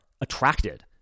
attracted